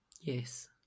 Yes